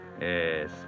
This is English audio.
Yes